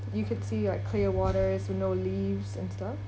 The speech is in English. you could see your clear waters with no leaves and stuff